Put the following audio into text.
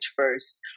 first